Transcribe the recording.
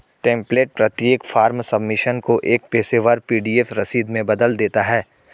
template प्रत्येक form submission को एक पेशेवर पी.डी.एफ रसीद में बदल देता है